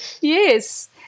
Yes